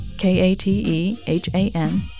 K-A-T-E-H-A-N